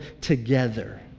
together